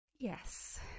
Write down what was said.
Yes